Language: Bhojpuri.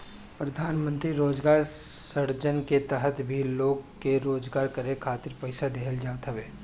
प्रधानमंत्री रोजगार सृजन के तहत भी लोग के रोजगार करे खातिर पईसा देहल जात हवे